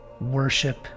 worship